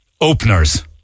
openers